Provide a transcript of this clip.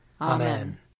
Amen